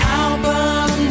album